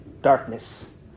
darkness